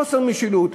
חוסר המשילות,